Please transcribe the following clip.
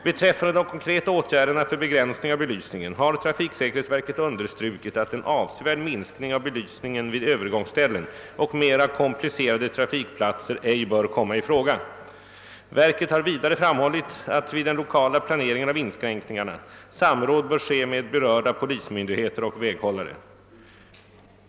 Beträffande de konkreta åtgärderna för begränsning av belysningen har trafiksäkerhetsverket understrukit att en avsevärd minskning av belysningen vid övergångsställen och mera komplicerade trafikplatser ej bör komma i fråga Verket har vidare framhållit att vid den lokala planeringen av inskränkningarna samråd bör ske med berörda polismyndigheter och väghållare.